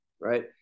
right